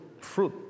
Fruit